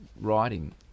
writing